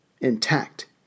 intact